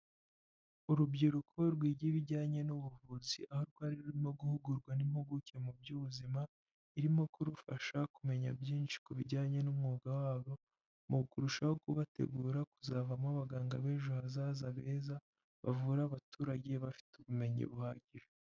Urubyiruko rwiga ibijyanye n'ubuvuzi aho rwari rurimo guhugurwa n'impuguke mu by'ubuzima irimo kurufasha kumenya byinshi ku bijyanye n'umwuga wabo mu kurushaho kubategura kuzavamo abaganga b'ejo hazaza beza bavura abaturage bafite ubumenyi buhagije.